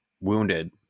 wounded